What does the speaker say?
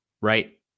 right